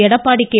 Edappadi K